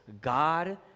God